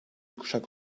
kuşak